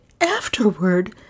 afterward—